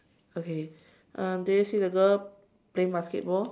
okay um do you see the girl playing basketball